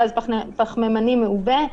גז פחמימני מעובה,